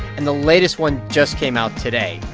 and the latest one just came out today.